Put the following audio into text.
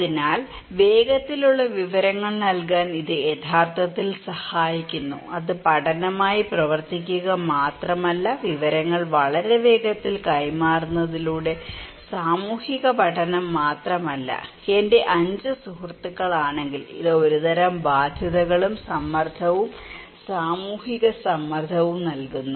അതിനാൽ വേഗത്തിലുള്ള വിവരങ്ങൾ നൽകാൻ ഇത് യഥാർത്ഥത്തിൽ സഹായിക്കുന്നു അത് പഠനമായി പ്രവർത്തിക്കുക മാത്രമല്ല വിവരങ്ങൾ വളരെ വേഗത്തിൽ കൈമാറുന്നതിലൂടെ സാമൂഹിക പഠനം മാത്രമല്ല എന്റെ 5 സുഹൃത്തുക്കൾ ആണെങ്കിൽ ഇത് ഒരുതരം ബാധ്യതകളും സമ്മർദ്ദവും സാമൂഹിക സമ്മർദ്ദവും നൽകുന്നു